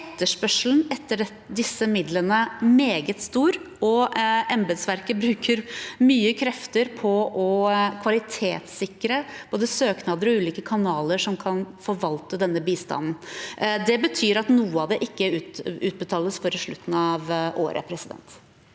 etterspørsel etter disse midlene, og embetsverket bruker mye krefter på å kvalitetssikre både søknader og ulike kanaler som kan forvalte denne bistanden. Det betyr at noe av det ikke utbetales før på slutten av året. Ingjerd